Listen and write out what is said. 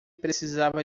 precisava